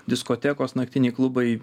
diskotekos naktiniai klubai